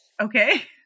okay